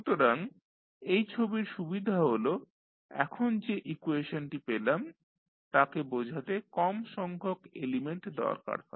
সুতরাং এই ছবির সুবিধা হল এখন যে ইকুয়েশনটি পেলাম তাকে বোঝাতে কম সংখ্যক এলিমেন্ট দরকার হয়